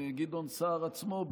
גדעון סער עצמו,